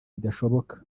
bidashoboka